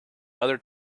other